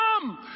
come